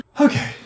Okay